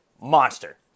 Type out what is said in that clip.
monster